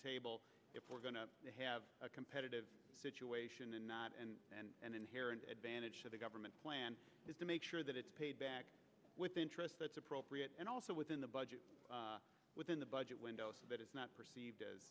table if we're going to have a competitive situation and not and an inherent advantage to the government plan is to make sure that it's paid back with interest that's appropriate and also within the budget within the budget window so that it's not perceived as